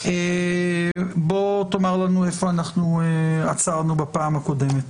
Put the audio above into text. בוא תאמר לנו איפה עצרנו בפעם הקודמת.